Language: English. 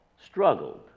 struggled